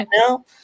no